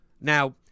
Now